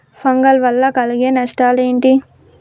Fungal వల్ల కలిగే నష్టలేంటి?